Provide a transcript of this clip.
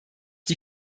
die